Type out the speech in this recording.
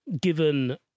given